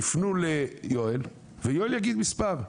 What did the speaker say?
יפנו ליואל, ויואל יגיד מספר.